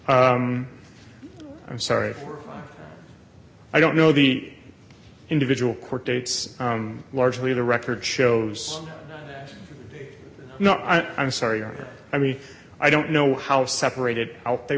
i'm sorry i don't know the individual court dates largely the record shows not i'm sorry i mean i don't know how separated out they